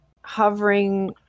hovering